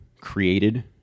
created